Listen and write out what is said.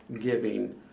giving